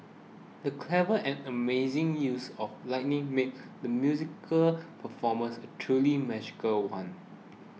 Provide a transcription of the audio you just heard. the clever and amazing use of lighting made the musical performance a truly magical one